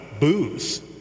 booze